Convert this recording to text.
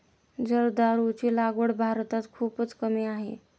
जर्दाळूची लागवड भारतात खूपच कमी आहे